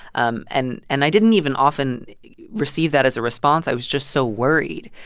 um and and i didn't even often receive that as a response, i was just so worried.